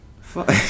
Fuck